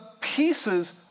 pieces